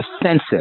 offensive